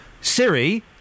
Siri